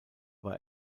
war